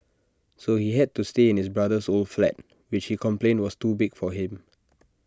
so he had to stay in his brother's old flat which he complained was too big for him